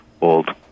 Old